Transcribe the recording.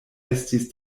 estis